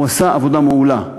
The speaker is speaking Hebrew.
הוא עשה עבודה מעולה.